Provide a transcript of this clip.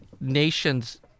nation's